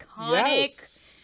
iconic